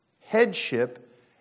headship